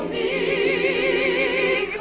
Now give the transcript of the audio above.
e.